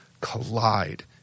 collide